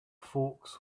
folks